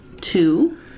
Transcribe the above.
Two